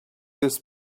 this